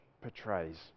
portrays